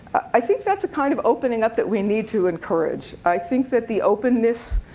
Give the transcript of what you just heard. i think that's a kind of opening up that we need to encourage. i think that the openness